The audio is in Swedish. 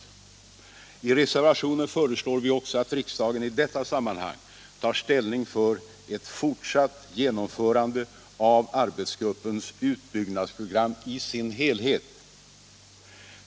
Föräldraförsäkring I reservationen föreslår vi också att riksdagen i detta sammanhang en, m.m. tar ställning för ett fortsatt genomförande av arbetsgruppens utbyggnadsprogram i dess helhet.